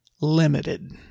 limited